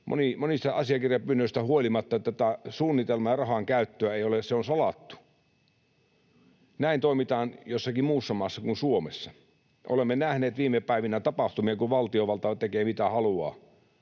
monista asiakirjapyynnöistä huolimatta tätä suunnitelmaa ja rahankäyttöä ei ole kerrottu. Se on salattu. Näin toimitaan jossakin muussa maassa kuin Suomessa. Olemme nähneet viime päivinä tapahtumia, kun valtiovalta tekee mitä haluaa: